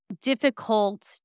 difficult